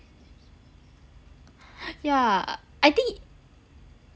yeah I think